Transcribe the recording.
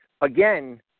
again